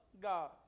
God